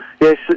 Yes